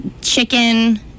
chicken